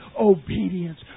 obedience